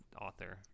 author